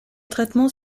traitements